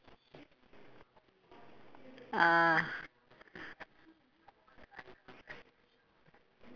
<Z